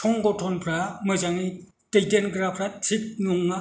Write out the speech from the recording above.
संगथनफ्रा मोजाङै दैदेनग्राफ्रा थिग नङा